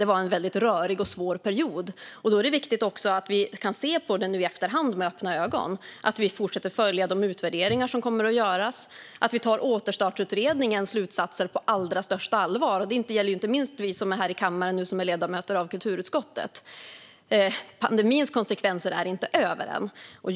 Det var en väldigt rörig och svår period. Då är det viktigt att vi nu i efterhand kan se på den med öppna ögon, att vi fortsätter att följa de utvärderingar som kommer att göras och att vi tar återstartsutredningens slutsatser på allra största allvar. Det gäller inte minst oss här i kammaren som är ledamöter av kulturutskottet. Pandemins konsekvenser är inte över än.